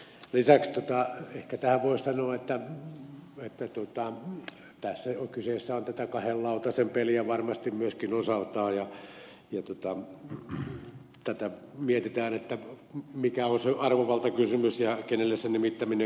lisäksi tähän voisi ehkä sanoa että tässä kyseessä on tätä kahden lautasen peliä varmasti myöskin osaltaan ja tätä mietitään mikä on se arvovaltakysymys ja kenelle se nimittäminen kuuluu